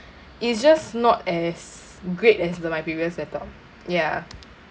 it's just not as great as the my previous laptop ya